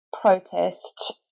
protest